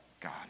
God